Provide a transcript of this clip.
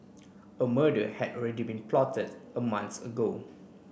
a murder had already been plotted a month ago